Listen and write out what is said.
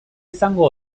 izango